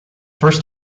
first